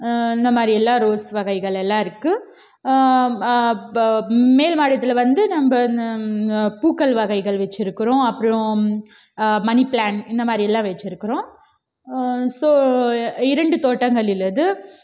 அந்த மாதிரியெல்லாம் ரோஸ் வகைகள் எல்லாம் இருக்கு மேல் மாடித்தில வந்து நம்ம இந்த பூக்கள் வகைகள் வெச்சிருக்கிறோம் அப்றம் மணி பிளான்ட் இந்த மாதிரியெல்லாம் வெச்சிருக்கிறோம் ஸோ இரண்டு தோட்டங்கள் உள்ளது